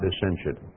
dissension